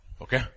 Okay